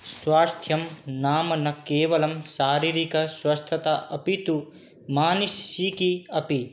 स्वास्थ्यं नाम न केवलं शारीरिकस्वस्थता अपि तु मानसिकी अपि